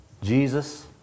Jesus